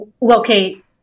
Locate